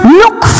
look